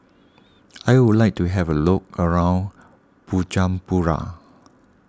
I would like to have a look around Bujumbura